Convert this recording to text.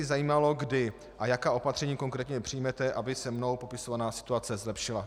Zajímalo by mne tedy, kdy a jaká opatření konkrétně přijmete, aby se mnou popisovaná situace zlepšila.